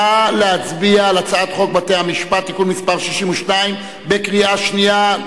נא להצביע על הצעת חוק בתי-המשפט (תיקון מס' 62) בקריאה שנייה.